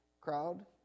crowd